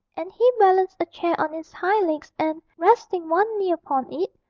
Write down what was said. and he balanced a chair on its hind legs and, resting one knee upon it,